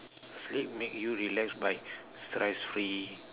sleep make you relax by stress free